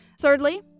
thirdly